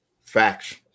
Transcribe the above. Facts